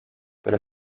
pero